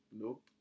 nope